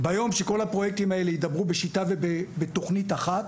ביום שכל הפרויקטים האלה ידברו בשיטה ובתוכנית אחת,